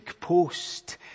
post